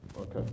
Okay